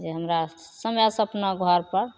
जे हमरा समयसे अपना घरपर